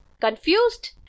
Confused